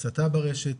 הסתה ברשת.